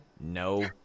No